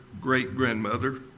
great-grandmother